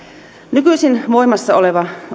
nykyisin voimassa oleva